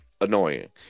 annoying